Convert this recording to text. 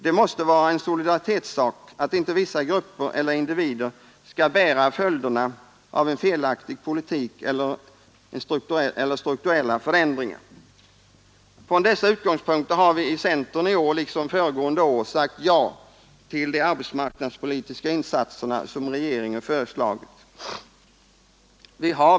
Det måste vara en solidaritetssak att inte vissa grupper eller individer skall bära följderna av en felaktig politik eller strukturella förändringar. Från dessa utgångspunkter har vi i centern liksom föregående år sagt ja till de arbetsmarknadspolitiska insatser som regeringen föreslagit.